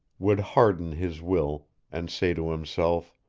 would harden his will and say to himself,